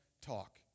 talk